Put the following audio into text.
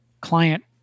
client